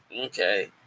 Okay